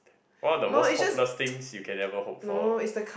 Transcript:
one of the most hopeless things you can ever hope for